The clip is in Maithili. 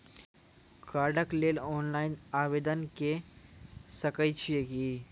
कार्डक लेल ऑनलाइन आवेदन के सकै छियै की?